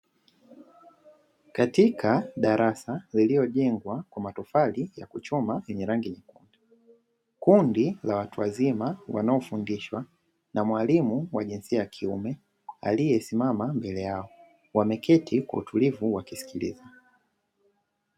Katika darasa lililojengwea kwa tofali za kuchoma zenye rangi nyekundu ,kundi la watu wazima ,wanaofundishwa na mwalimu wa jinsia nya kiume , aliesimama mbele yao ,wameketi kwa utulivu wakimsikiliza.